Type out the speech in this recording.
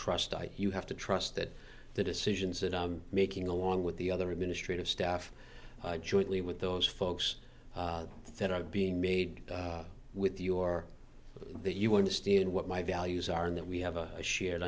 trust and you have to trust that the decisions that are making along with the other administrative staff jointly with those folks that are being made with your that you understand what my values are and that we have a shared